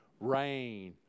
rain